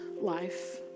life